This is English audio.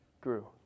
grew